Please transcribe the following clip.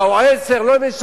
ארבע או עשר, לא משנה.